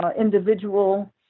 individual